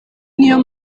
niyo